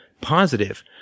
positive